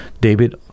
David